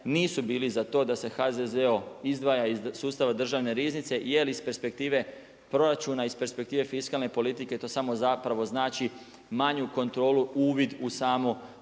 nisu bili za to da se HZZO izdvaja iz sustava državne riznice, jer iz perspektive proračuna iz perspektive fiskalne politike to samo zapravo znači manju kontrolu, uvid u samu